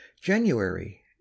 january